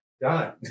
Done